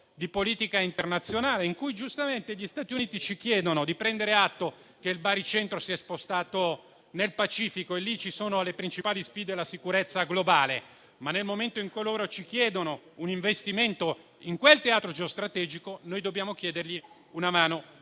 di politica internazionale, laddove giustamente gli Stati Uniti ci chiedono di prendere atto che il baricentro si è spostato nel Pacifico, dove risiedono le principali sfide alla sicurezza globale. Nel momento però in cui ci chiedono un investimento in quel teatro geo-strategico, noi dobbiamo chiedere loro una mano